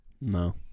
No